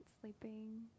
sleeping